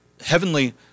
heavenly